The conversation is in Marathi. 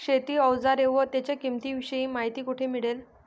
शेती औजारे व त्यांच्या किंमतीविषयी माहिती कोठे मिळेल?